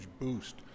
boost